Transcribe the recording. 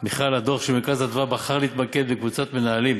מיכל, הדוח של המרכז בחר להתמקד בקבוצת מנהלים